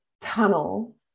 tunnel